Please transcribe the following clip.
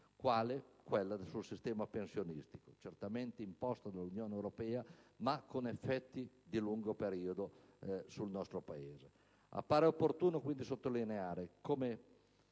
quale quella del sistema pensionistico, imposta certamente dall'Unione europea, ma con effetti di lungo periodo sul nostro Paese. Appare opportuno sottolineare come